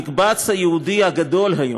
המקבץ היהודי הגדול היום,